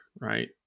right